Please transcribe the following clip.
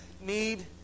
need